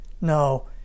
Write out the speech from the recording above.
No